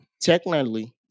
technically